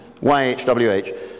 YHWH